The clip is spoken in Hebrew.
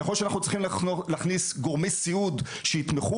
יכול להיות שאנחנו צריכים להכניס גורמי סיעוד שיתמכו